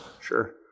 Sure